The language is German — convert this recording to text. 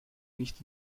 nicht